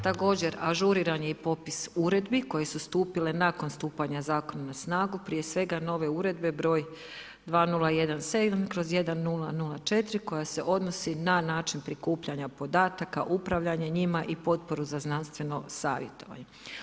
Također, ažuriran je i popis uredbi koji su stupile nakon stupanja Zakona na snagu, prije svega nove uredbe br.2017/1004 koja se odnose na način prikupljanja podataka, upravljanje njima i potporu za znanstveno savjetovanje.